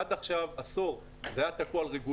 עד עכשיו, במשך עשור, זה היה תקוע על רגולציה.